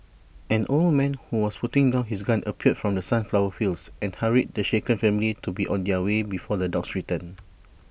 an old man who was putting down his gun appeared from the sunflower fields and hurried the shaken family to be on their way before the dogs return